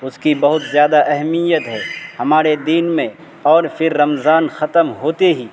اس کی بہت زیادہ اہمیت ہے ہمارے دین میں اور پھر رمضان ختم ہوتے ہی